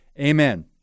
amen